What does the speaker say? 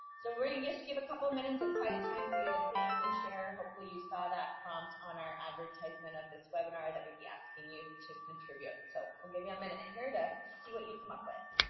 so we're gonna get to give a couple of minutes of quiet time for you to think and share hopefully you saw that prompt on our advertisement of this webinar that we'd be asking you to contribute, so we'll give you a minute here to see what you come up with.